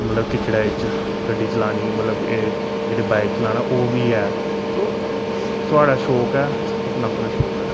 मतलब किच्चड़ै इच्च गड्डी चलानी मतलब एह् जेह्ड़े बाइक चलाना ओह् बी ऐ ओह् थुआढ़ा शौक ऐ अपना अपना शौक ऐ